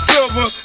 Silver